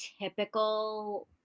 typical